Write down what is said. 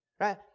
Right